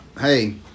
Hey